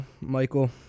Michael